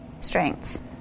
strengths